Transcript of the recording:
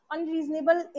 Unreasonable